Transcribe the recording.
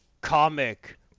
comic